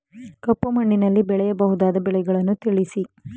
ಕಪ್ಪು ಮಣ್ಣಿನಲ್ಲಿ ಬೆಳೆಯಬಹುದಾದ ಬೆಳೆಗಳನ್ನು ತಿಳಿಸಿ?